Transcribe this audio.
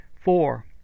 Four